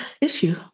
issue